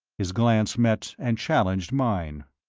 his glance met and challenged mine.